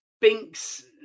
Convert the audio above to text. Binks